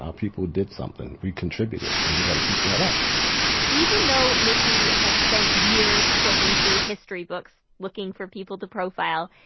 ah people did something. we contributed. and we've got to keep that up even though mickey has spent years flipping through history books looking for people to profile,